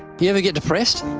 you ever get depressed?